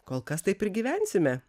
kol kas taip ir gyvensime